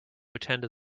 attend